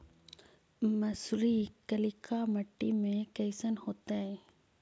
मसुरी कलिका मट्टी में कईसन होतै?